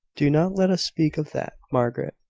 do not let us speak of that, margaret.